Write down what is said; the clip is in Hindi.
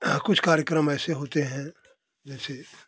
कुछ कार्यक्रम ऐसे होते हैं जैसे